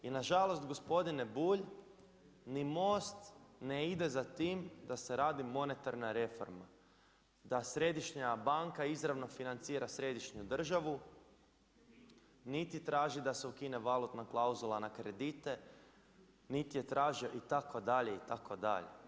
I nažalost gospodine Bulj, ni Most ne ide za tim da se radi monetarna reforma, da Središnja banka izravno financira središnju državu, niti traži da se ukine valutna klauzula na kredite, niti je tražio itd., itd.